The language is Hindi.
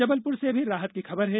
जबलपुर से भी राहत की खबर है